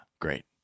great